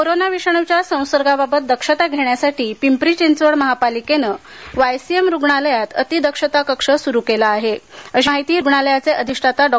corona विषाणूच्या संसर्गाबाबत दक्षता घेण्यासाठी पिंपरी चिंचवड महापालिकेने वायसीएम रुग्णालयात अतिदक्षता कक्ष सुरू केला असल्याचं रुग्णालयाचे अधिष्ठाता डॉ